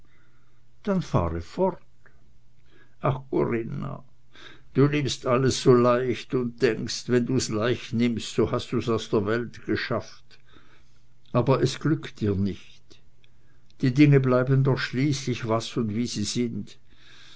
dann fahre fort ach corinna du nimmst alles so leicht und denkst wenn du's leicht nimmst so hast du's aus der welt geschafft aber es glückt dir nicht die dinge bleiben doch schließlich was und wie sie sind